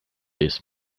this